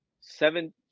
seven